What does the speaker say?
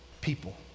people